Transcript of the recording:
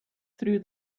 through